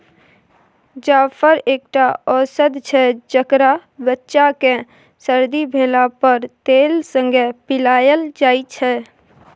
जाफर एकटा औषद छै जकरा बच्चा केँ सरदी भेला पर तेल संगे पियाएल जाइ छै